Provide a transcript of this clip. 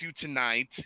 tonight